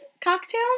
cocktail